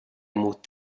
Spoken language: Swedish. mot